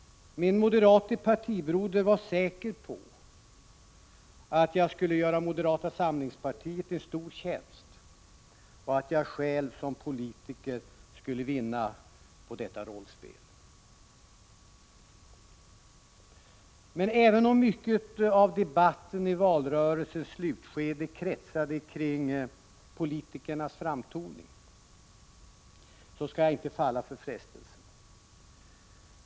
Min moderate partibroder var säker på att jag skulle göra moderata samlingspartiet en stor tjänst och att jag själv som politiker skulle vinna på detta rollspel. Även om mycket av debatten i valrörelsens slutskede kretsade kring politikernas framtoning skall jag inte falla för frestelsen.